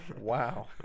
Wow